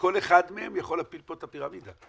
כל אחד מהם יכול להפיל פה את הפירמידה.